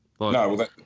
No